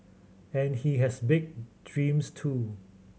and he has big dreams too